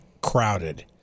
crowded